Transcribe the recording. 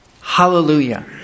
Hallelujah